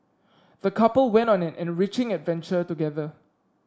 the couple went on an enriching adventure together